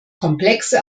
komplexe